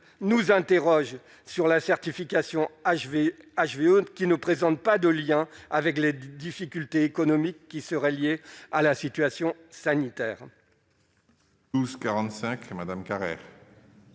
nous interroge sur la certification HVE HVO qui ne présentent pas de lien avec les difficultés économiques qui seraient liés à la situation sanitaire. Ou se 45 Madame Carrère.